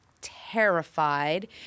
terrified